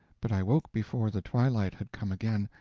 but i woke before the twilight had come again.